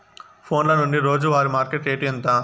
ఫోన్ల నుండి రోజు వారి మార్కెట్ రేటు ఎంత?